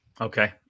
Okay